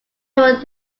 one